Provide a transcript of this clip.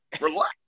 relax